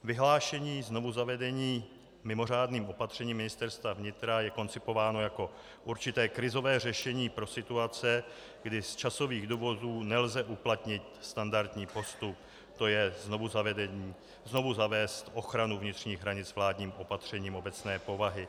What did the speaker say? Vyhlášení znovuzavedení mimořádným opatřením Ministerstva vnitra je koncipováno jako určité krizové řešení pro situace, kdy z časových důvodů nelze uplatnit standardní postup, to je znovu zavést ochranu vnitřních hranic vládním opatřením obecné povahy.